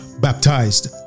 baptized